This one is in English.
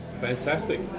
Fantastic